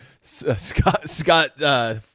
Scott